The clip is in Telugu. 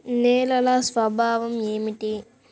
నేలల స్వభావం ఏమిటీ?